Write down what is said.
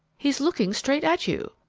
he's looking straight at you.